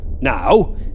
Now